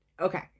okay